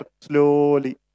slowly